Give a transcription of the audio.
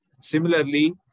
Similarly